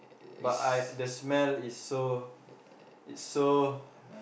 but I the smell is so is so